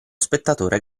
spettatore